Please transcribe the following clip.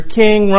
king